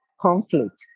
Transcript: conflict